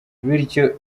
bityo